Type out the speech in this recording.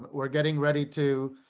we're getting ready to